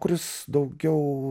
kuris daugiau